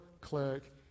click